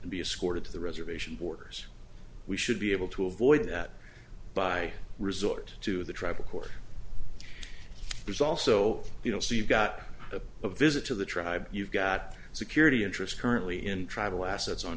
to be a score to the reservation borders we should be able to avoid that by resort to the tribal court there's also you know so you've got a visit to the tribe you've got security interest currently in travel assets on